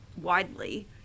widely